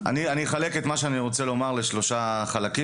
אני אחלק את מה שאני רוצה לומר לשלושה חלקים.